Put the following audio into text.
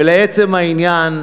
ולעצם העניין,